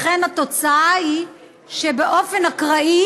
לכן, התוצאה היא שבאופן אקראי